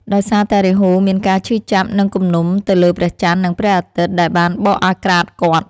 ដោយសារតែរាហូមានការឈឺចាប់ និងគំនុំទៅលើព្រះចន្ទ និងព្រះអាទិត្យដែលបានបកអាក្រាតគាត់។